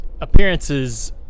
appearances